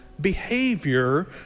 behavior